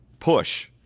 push